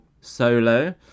solo